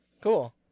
Cool